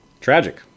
Tragic